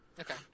Okay